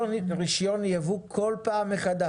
רישיון יבוא בכל פעם מחדש?